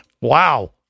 Wow